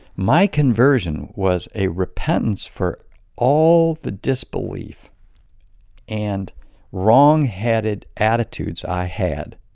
my conversion was a repentance for all the disbelief and wrong-headed attitudes i had.